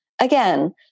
again